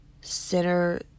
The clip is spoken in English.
center